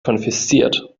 konfisziert